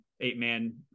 eight-man